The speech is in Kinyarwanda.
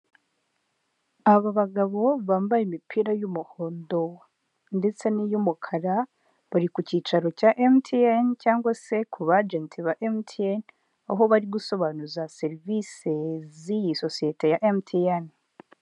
Aba bagabo bambaye imipira y'umuhondo ndetse n'iy'umukara, bari ku cyicaro cya MTN cyangwa se ku ba agenti ba MTN, aho bari gusobanuza serivise z'iyi sosiyete ya MTN.